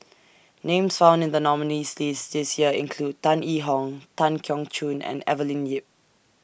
Names found in The nominees' list This Year include Tan Yee Hong Tan Keong Choon and Evelyn Lip